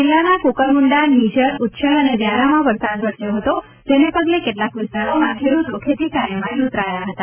જિલ્લાના ક્રકરમુંડા નિઝર ઉચ્છલ અને વ્યારામાં વરસાદ વરસ્યો હતો જેને પગલે કેટલાક વિસ્તારોમાં ખેડૂતો ખેતી કાર્યમાં જોતરાયા હતા